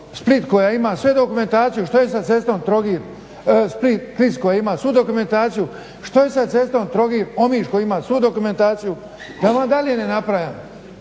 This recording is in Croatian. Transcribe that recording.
koja ima svu dokumentaciju, što je sa cestom Trogir-Split-Klis koja ima svu dokumentaciju? Što je sa cestom Trogir-Omiš koja ima svu dokumentaciju? I da vam dalje ne nabrajam.